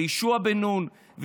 על יהושע בן נון,